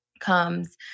comes